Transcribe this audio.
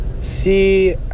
see